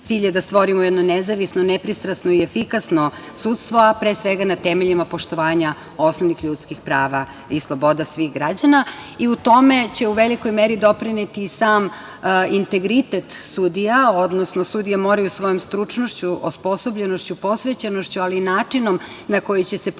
Cilj je da stvorimo jedno nezavisno, nepristrasno i efikasno sudstvo, a pre svega na temeljima poštovanja osnovnih ljudskih prava i sloboda svih građana i u tome će u velikoj meri doprineti i sam integritet sudija, odnosno sudije moraju svojom stručnošću, osposobljenošću, posvećenošću, ali i načinom na koji će se ponašati